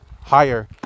higher